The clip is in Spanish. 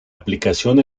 aplicación